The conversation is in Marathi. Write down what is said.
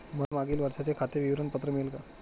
मला मागील वर्षाचे खाते विवरण पत्र मिळेल का?